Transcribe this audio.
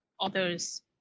Others